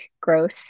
growth